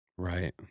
Right